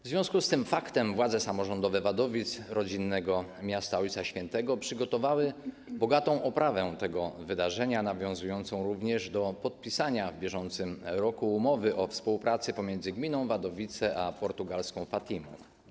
W związku z tym faktem władze samorządowe Wadowic, rodzinnego miasta Ojca Świętego, przygotowały bogatą oprawę tego wydarzenia nawiązującą również do podpisania w bieżącym roku umowy o współpracy pomiędzy gminą Wadowice a portugalską Fatimą.